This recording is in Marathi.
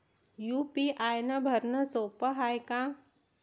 यू.पी.आय भरनं सोप हाय का?